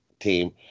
team